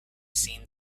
seen